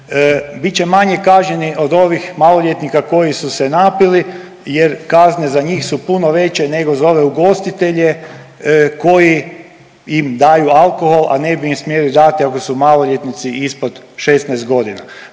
će manje kažnjeni od ovih maloljetnika koji se napili jer kazne za njih su puno veće nego za ove ugostitelje koji im daju alkohol, a ne bi im smjeli dati ako su maloljetnici ispod 16 godina.